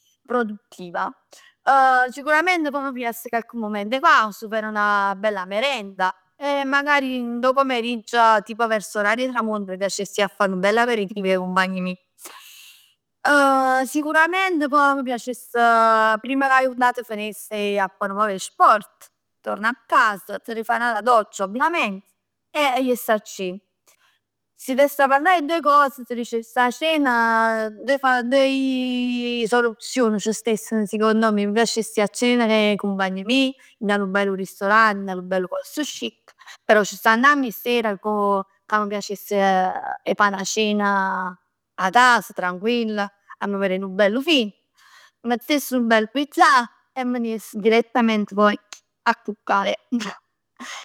Produttiva. Sicurament pò m' pigliass cocche moment 'e pausa e farei una bella merenda e magari dint 'o pomerigg, tipo verso orario 'e tramont m' piacess ji a fa 'nu bell aperitivo cu 'e cumpagn meje. Sicurament poj, m' piacess primm che 'a jurnat finisse 'e ji a fa 'nu poc 'e sport. Torna a casa, ti rifai un'altra doccia ovviament e jess a cena. Se t'avess parlà 'e due cose, t' dicess a cena, doje doje soluzion c' stesser secondo me. M' piacess ji a cena cu 'e cumpagn meje, dint a nu bell ristorant, dint 'a nu bell posto chic, però ci stanno ate ser ca m' piacess 'e fa 'na cena a cas, tranquilla, a m' verè nu bellu film, m' mettess nu bell pigiama e me ne jess direttament poi, a cuccare.